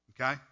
Okay